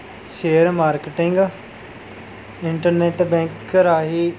share marketing internet bank ਰਾਹੀਂ